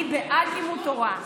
אני בעד לימוד תורה,